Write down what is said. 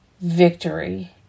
victory